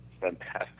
fantastic